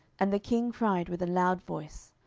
and the king cried with a loud voice,